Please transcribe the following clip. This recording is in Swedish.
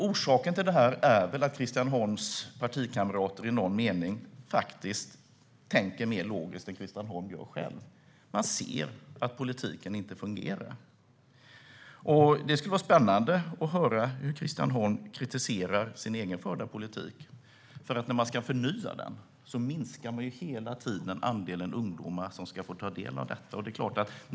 Orsaken till detta är faktiskt att Christian Holms partikamrater tänker mer logiskt än vad han själv gör. De ser att politiken inte fungerar. Det vore spännande att höra Christian Holm kritisera sin egen förda politik. När man har förnyat den har man hela tiden minskat andelen ungdomar som ska få ta del av reformen.